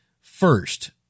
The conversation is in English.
first